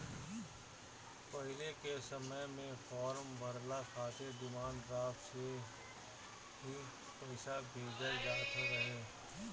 पहिले के समय में फार्म भरला खातिर डिमांड ड्राफ्ट से ही पईसा भेजल जात रहे